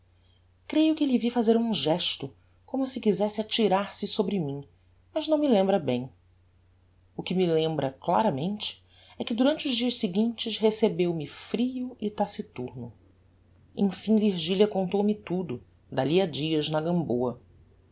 creio que lhe vi fazer um gesto como se quizesse atirar-se sobre mim mas não me lembra bem o que me lembra claramente é que durante os dias seguintes recebeu-me frio e taciturno emfim virgilia contou-me tudo dahi a dias na gamboa